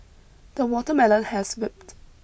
the watermelon has ripped